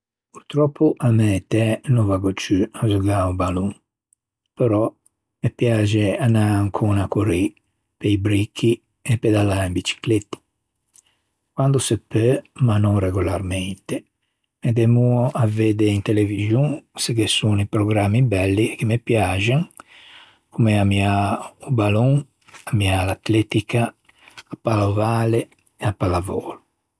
Purtròppo a-a mæ etæ no vaggo ciù à zeugâ a-o ballon però me piaxe ancon anâ à corrî pe-i bricchi e pedalâ in bicicletta. Quando se peu, ma no regolarmente, me demoo à vedde in televixon se ghe son di programmi belli che me piaxen, comme ammiâ o ballon, ammiâ l'atletica, a palla ovale e a pallavolo.